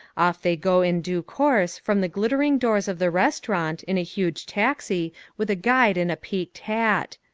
off they go in due course from the glittering doors of the restaurant in a huge taxi with a guide in a peaked hat.